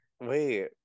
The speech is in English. wait